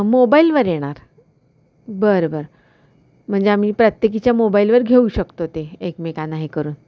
मोबाईलवर येणार बरं बरं म्हणजे आम्ही प्रत्येकीच्या मोबाईलवर घेऊ शकतो ते एकमेकांना हे करून